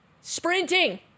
sprinting